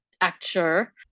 actor